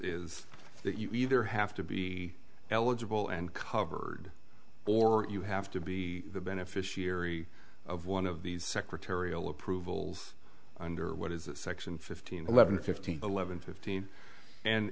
is that you either have to be eligible and covered or you have to be the beneficiary of one of these secretarial approvals under what is section fifteen eleven fifteen eleven fifteen and